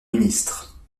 ministre